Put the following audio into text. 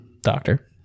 Doctor